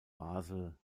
basel